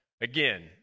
again